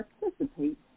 participate